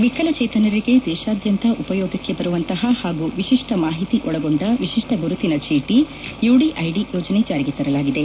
ವಿಕಲಚೇತನರಿಗೆ ದೇಶಾದ್ಯಂತ ಉಪಯೋಗಕ್ಕೆ ಬರುವಂತಹ ಹಾಗೂ ವಿಶಿಷ್ಟ ಮಾಹಿತಿ ಒಳಗೊಂಡ ವಿಶಿಷ್ಟ ಗುರುತಿನ ಚೀಟಿ ಯುಡಿಐಡಿ ಯೋಜನೆ ಜಾರಿಗೆ ತರಲಾಗಿದೆ